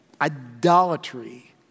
idolatry